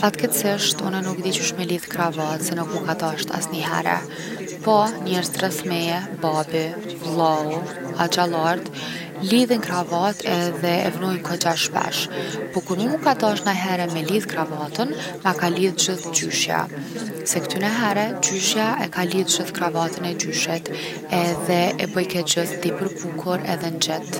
Fatkeqsisht unë nuk di qysh me lidh kravat se nuk mu ka dasht asnihere. Po njerzt rreth meje, babi, vllau, axhallart, lidhin kravat edhe e vnojn kogja shpesh. Po kur mu mu ka dasht me e lidh kravatën, ma ka lidh gjithë gjyshja se ktynehere gjyshja e ka lidh gjithë kravatën e gjyshit edhe e bojke gjithë tepër bukur edhe ngjit.